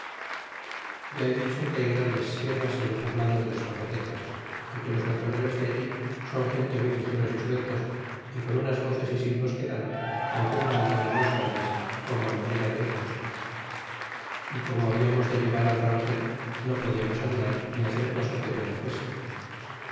ya he dicho que hay grandes sierras en lo poblado de los zapotecas y que los naturales de allí son gente muy ligeros é sueltos y con unas voces silvos que dan retumban todos los valles como manera de ecos y como hablamos de llevar al rangel no podiamos andar ni hacer cosa que buena fuese